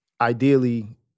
ideally